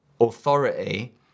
authority